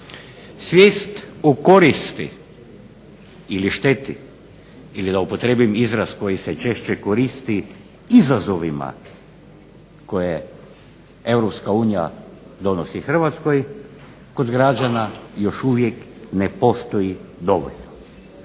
Svijest o koristi ili šteti ili da upotrijebim izraz koji se češće koristi izazovima koje EU donosi Hrvatskoj kod građana još uvijek ne postoji dovoljno.